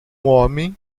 homem